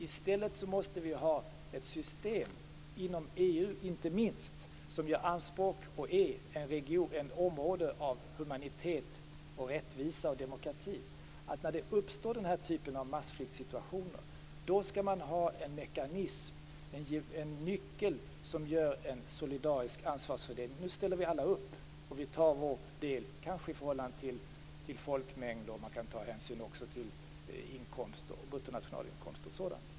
I stället måste vi ha ett annat system - inte minst inom EU, som gör anspråk på att vara, och som är, ett område av humanitet, rättvisa och demokrati. När den här typen av massflyktssituationer uppstår skall man ha en mekanism, en nyckel, som innebär en solidarisk ansvarsfördelning: Nu ställer vi alla upp. Vi tar vår del. Kanske kan det ske i förhållande till folkmängd, och man kan också ta hänsyn till bruttonationalinkomst och sådant.